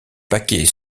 paquets